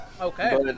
Okay